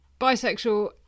bisexual